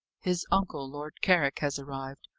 his uncle, lord carrick, has arrived.